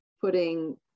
putting